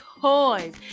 toys